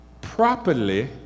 properly